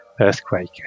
earthquake